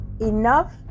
enough